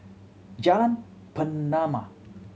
Jalan Pernama